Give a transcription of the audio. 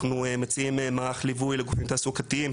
אנחנו מציעים מערך ליווי לגופים תעסוקתיים